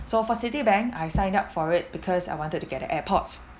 so for Citibank I signed up for it because I wanted to get an airpods